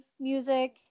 music